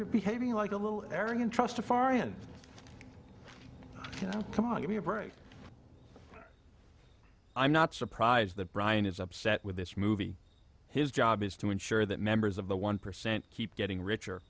you're behaving like a little arrogant trust a foreign come on give me a break i'm not surprised that brian is upset with this movie his job is to ensure that members of the one percent keep getting richer